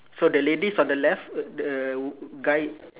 so the lady's on the left uh the uh guy